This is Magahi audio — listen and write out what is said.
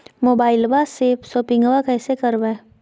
मोबाइलबा से शोपिंग्बा कैसे करबै?